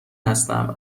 هستم